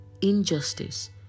injustice